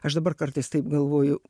aš dabar kartais taip galvoju